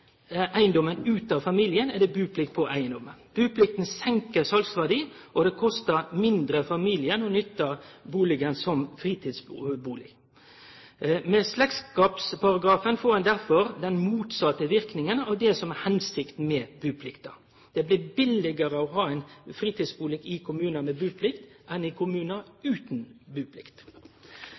familien, er det buplikt på eigedommen. Buplikta senkar salsverdien, og det kostar mindre for familien å nytte bustaden som fritidsbustad. Med slektskapsparagrafen får ein derfor den motsette verknaden av det som er hensikten med buplikta. Det blir billigare å ha ein fritidsbustad i kommunar med buplikt enn i kommunar utan buplikt.